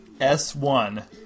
S1